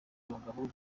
abagabo